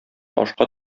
ашка